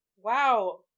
Wow